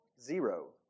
zero